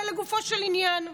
אלא לגופו של עניין.